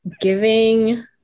giving